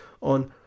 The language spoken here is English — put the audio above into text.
on